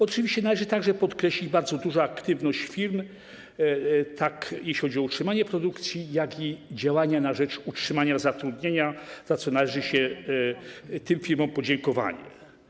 Oczywiście należy podkreślić bardzo dużą aktywność firm, zarówno jeśli chodzi o utrzymanie produkcji, jak i działania na rzecz utrzymywania zatrudnienia, za co należy się im podziękowanie.